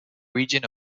region